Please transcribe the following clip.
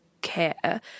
care